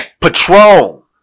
Patron